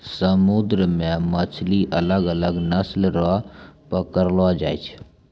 समुन्द्र मे मछली अलग अलग नस्ल रो पकड़लो जाय छै